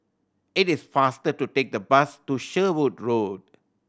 it is faster to take the bus to Sherwood Road